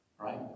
Right